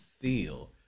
feel